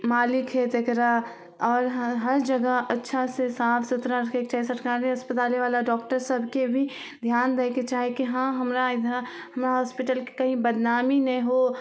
मालिक हइ तकरा आओर हर जगह अच्छासे साफ सुथरा रखैके चाही सरकारी अस्पतालेवला डॉक्टरसभके भी धिआन दैके चाही कि हँ हमरा इधर हमरा हॉस्पिटलके कहीँ बदनामी नहि हो